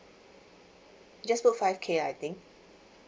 just put five K I think